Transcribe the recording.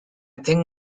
think